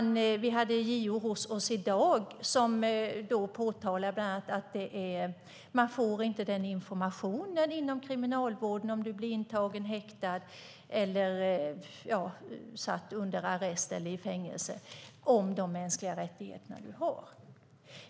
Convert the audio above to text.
Vi hade JO hos oss i dag. De påtalade bland annat att man i kriminalvården, om man blir intagen, häktad, satt under arrest eller satt i fängelse, inte får information om de mänskliga rättigheter man har.